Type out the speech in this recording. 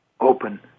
open